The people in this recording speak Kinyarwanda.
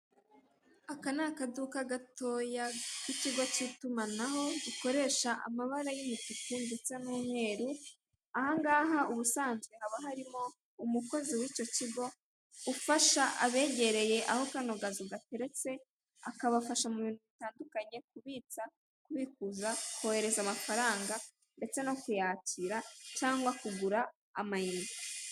Aka n'akaduka gatoyo k'ikigo cy'itumanaho gikoresha amabara y'umutuku ndetse n'umweru, ahangaha haba ubusanzwe ahaba harimo umukozi w'icyo kigo ufasha abegereye aho kano kazu gateretse, akabafasha mu ibintu bitandukanye; kubitsa, kubikuza, kohereza amafaranga ndetse no kuyakira cyangwa kugura amayinite.